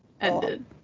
ended